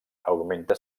augmenta